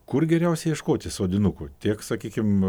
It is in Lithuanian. kur geriausiai ieškoti sodinukų tiek sakykim